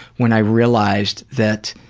when i realized that